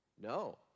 no